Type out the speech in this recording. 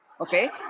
okay